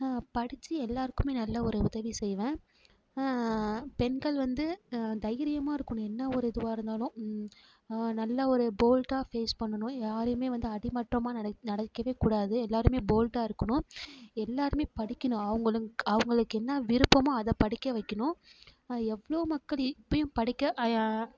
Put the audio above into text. படிச்சு எல்லாேருக்குமே நல்ல ஒரு உதவி செய்வேன் பெண்கள் வந்து தைரியமாக இருக்கணும் என்ன ஒரு இதுவாக இருந்தாலும் நல்ல ஒரு போல்டாக ஃபேஸ் பண்ணணும் யாரையுமே வந்து அடிமட்டமாக நெனைக் நினைக்கவேக்கூடாது எல்லாேருமே போல்டாக இருக்கணும் எல்லாேருமே படிக்கணும் அவங்களுங்க் அவங்களுக்கு என்ன விருப்பமோ அதை படிக்க வைக்கணும் அது எவ்வளோ மக்கள் இ இப்பேயும் படிக்க ஐய